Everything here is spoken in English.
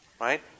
Right